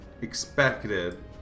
expected